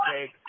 take